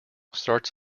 starts